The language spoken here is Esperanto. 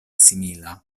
simila